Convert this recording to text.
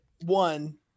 one